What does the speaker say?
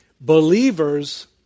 believers